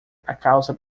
causa